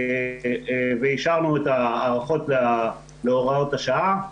ואישרנו את ההארכות להוראות השעה.